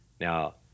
Now